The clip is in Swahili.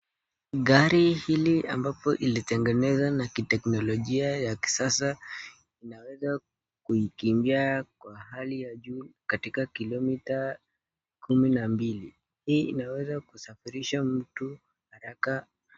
Gari hili ambapo ilitengenezwa na kiteknolojia ya kisasa, inaweza, kuikimbia kwa hali ya juu, katika (cs)kilometre(cs), kumi na mbili. Hii inaweza kusafirisha mtu, haraka.